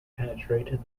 penetrate